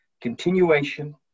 continuation